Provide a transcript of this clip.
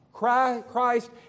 Christ